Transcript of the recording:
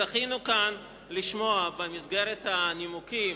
זכינו כאן לשמוע במסגרת הנימוקים